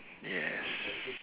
yes